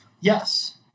Yes